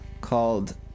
called